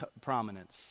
prominence